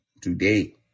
today